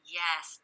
yes